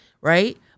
right